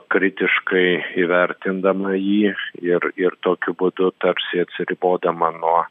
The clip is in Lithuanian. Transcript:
kritiškai įvertindama jį ir ir tokiu būdu tarsi atsiribodama nuo